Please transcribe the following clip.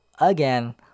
again